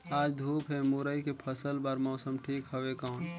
आज धूप हे मुरई के फसल बार मौसम ठीक हवय कौन?